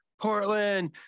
Portland